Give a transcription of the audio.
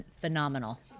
phenomenal